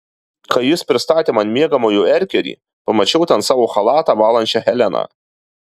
kai jis pristatė man miegamojo erkerį pamačiau ten savo chalatą valančią heleną